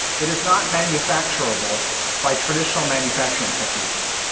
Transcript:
it is not manufacturable by traditional manufacturing techniques.